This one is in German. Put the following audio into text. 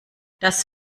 das